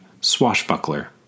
Swashbuckler